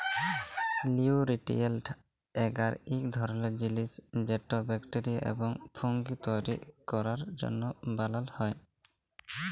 লিউটিরিয়েল্ট এগার ইক ধরলের জিলিস যেট ব্যাকটেরিয়া এবং ফুঙ্গি তৈরি ক্যরার জ্যনহে বালাল হ্যয়